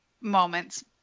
moments